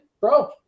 bro